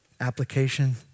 Application